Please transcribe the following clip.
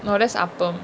oh that's appam